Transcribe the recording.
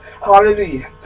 Hallelujah